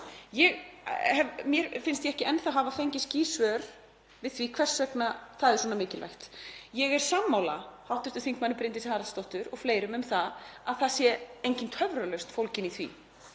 Mér finnst ég ekki enn hafa fengið skýr svör við því hvers vegna það er svona mikilvægt. Ég er sammála hv. þm. Bryndísi Haraldsdóttur og fleirum um að það sé engin töfralausn fólgin í því